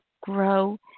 grow